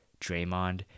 Draymond